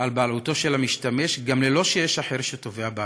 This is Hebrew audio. בבעלותו של המשתמש גם ללא שיש אחר שתובע בעלות.